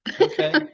Okay